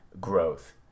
growth